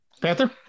Panther